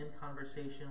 conversation